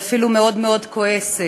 ואפילו מאוד מאוד כועסת.